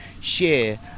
share